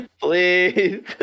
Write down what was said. Please